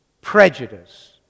prejudice